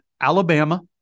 Alabama